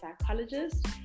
psychologist